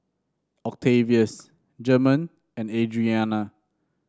Octavius German and Adrianna